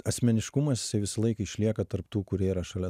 asmeniškumas jisai visą laiką išlieka tarp tų kurie yra šalia